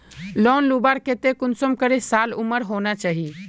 Loan लुबार केते कुंसम करे साल उमर होना चही?